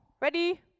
Ready